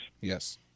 Yes